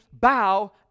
bow